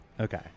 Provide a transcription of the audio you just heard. Okay